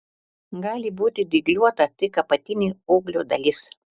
gali būti dygliuota tik apatinė ūglio dalis